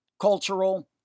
cultural